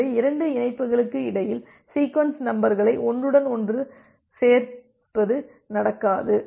எனவே இரண்டு இணைப்புகளுக்கு இடையில் சீக்வென்ஸ் நம்பர்களை ஒன்றுடன் ஒன்று ஒன்று சேர்ப்பது நடக்காது